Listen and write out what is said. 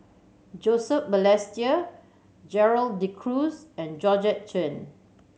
Joseph Balestier Gerald De Cruz and Georgette Chen